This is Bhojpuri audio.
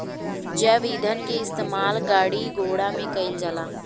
जैव ईंधन के इस्तेमाल गाड़ी घोड़ा में कईल जाला